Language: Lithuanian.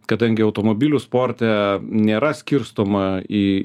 kadangi automobilių sporte nėra skirstoma į